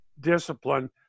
Discipline